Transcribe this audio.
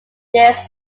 this